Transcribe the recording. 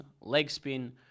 leg-spin